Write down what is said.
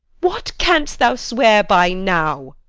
what canst thou swear by now?